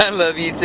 and love you too.